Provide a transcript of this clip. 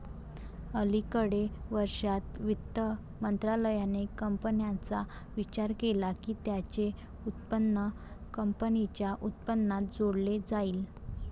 अलिकडे वर्षांत, वित्त मंत्रालयाने कंपन्यांचा विचार केला की त्यांचे उत्पन्न कंपनीच्या उत्पन्नात जोडले जाईल